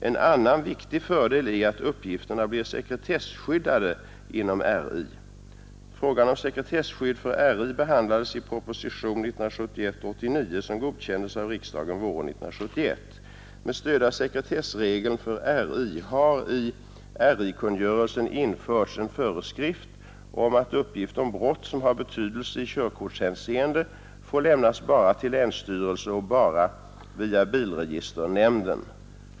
En annan viktig fördel är att uppgifterna blir sekretesskyddade inom RI. Frågan om sekretesskydd för RI behandlades i propositionen 1971:89 som godkändes av riksdagen våren 1971. Med stöd av sekretessregeln för RI har i RI-kungörelsen införts en föreskrift om att uppgift om brott som har betydelse i körkortshänseende får lämnas bara till länsstyrelse och bara via bilregisternämnden.